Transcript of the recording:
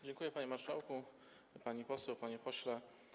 Dziękuję, panie marszałku, pani poseł, panie pośle.